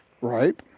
right